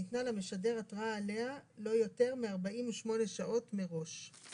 שניתנה למשדר התראה עליה לא יותר מ-48 שעות מראש"".